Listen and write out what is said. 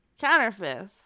Counterfeit